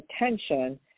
attention